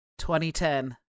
2010